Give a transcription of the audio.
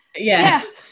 yes